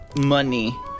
money